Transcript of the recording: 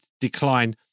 decline